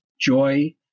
joy